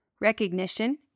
recognition